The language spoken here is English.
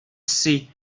see